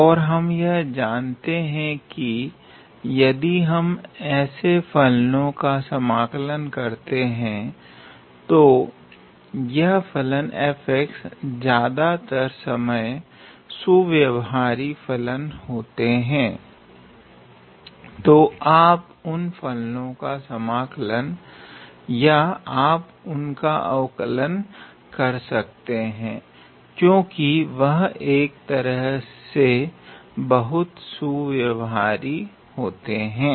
और हम यह जानते हैं की यदि हम ऐसे फलनो का समाकलन करते हैं तो यह फलन ज़्यादातर समय सुव्यवहारी फलन होते हैं तो आप उन फलनों का समाकलन या आप उनका अवकलन कर सकते हैं क्योकि वह एक तरह से बहुत सुव्यवहारी होते हैं